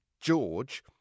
George